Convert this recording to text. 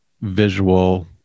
visual